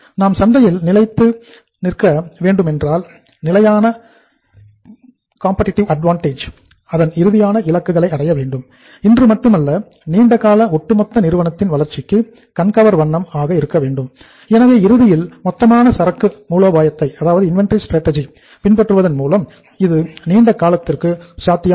நாம் சந்தையில் நிலைத்து இருக்க வேண்டுமென்றால் நிலையான காம்பட்டுடீம் அட்வான்டேஜ் பின்பற்றுவதன் மூலம் இது நீண்ட காலத்திற்கு சாத்தியமாகும்